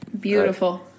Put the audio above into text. beautiful